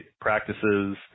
practices